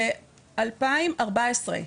ב-2014,